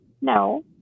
No